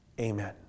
Amen